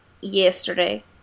yesterday